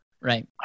Right